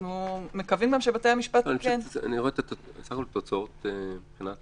אנחנו מקווים גם שבתי המשפט כן --- התוצאות מבחינת